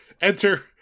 Enter